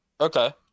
Okay